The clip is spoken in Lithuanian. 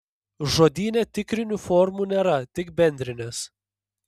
žodyne tikrinių formų nėra tik bendrinės